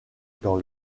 dans